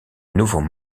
nouveau